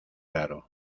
raro